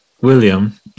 william